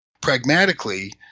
pragmatically